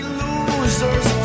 losers